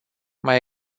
mai